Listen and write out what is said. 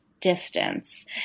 distance